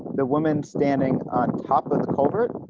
the woman standing on top of the culvert